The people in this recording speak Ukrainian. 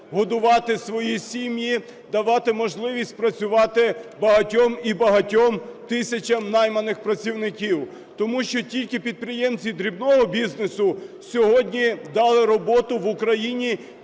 годувати свої сім'ї, давати можливість працювати багатьом і багатьом тисячам найманих працівників, тому що тільки підприємці дрібного бізнесу сьогодні дали роботу в Україні